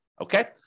Okay